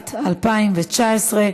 התשע"ט 2019,